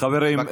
חברים,